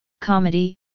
comedy